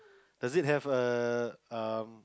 does it have a um